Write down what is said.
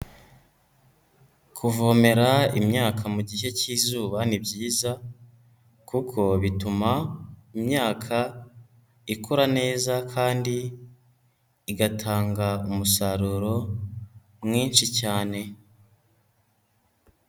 Kuvomera imyaka mu gihe cy'izuba ni byiza kuko bituma imyaka ikura neza kandi igatanga umusaruro mwinshi cyane.